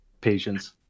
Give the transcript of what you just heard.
patience